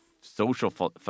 social